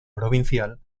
provincial